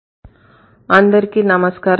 introduction to PS rules అందరికీ నమస్కారం